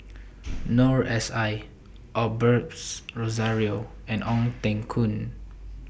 Noor S I Osberts Rozario and Ong Teng Koon